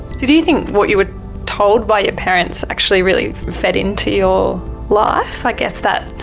do you think what you were told by your parents actually really fed into your life? i guess that